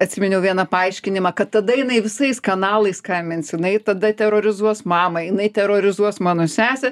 atsiminiau vieną paaiškinimą kad tada jinai visais kanalais skambins jinai tada terorizuos mamą jinai terorizuos mano sesę